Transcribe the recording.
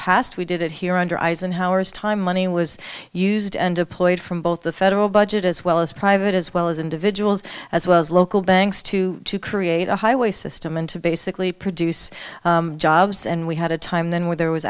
past we did it here under eisenhower's time money was used and deployed from both the federal budget as well as private as well as individuals as well as local thanks to to create a highway system and to basically produce jobs and we had a time then where there was